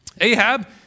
Ahab